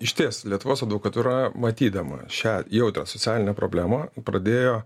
išties lietuvos advokatūra matydama šią jautrią socialinę problemą pradėjo